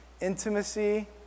Intimacy